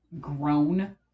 grown